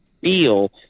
feel